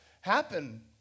happen